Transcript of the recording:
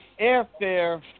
airfare